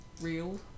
real